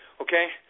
okay